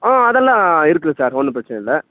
ஆ அதெல்லாம் இருக்குது சார் ஒன்றும் பிரச்சின இல்லை